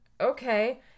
Okay